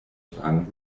fragen